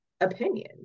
opinion